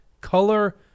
color